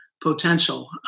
potential